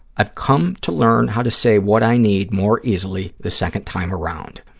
i've come to learn how to say what i need more easily the second time around.